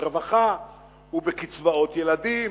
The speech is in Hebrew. ברווחה ובקצבאות ילדים